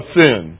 sin